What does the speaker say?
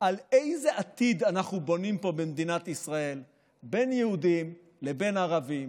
איזה עתיד אנחנו בונים פה במדינת ישראל בין יהודים לבין ערבים,